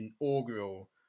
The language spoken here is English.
inaugural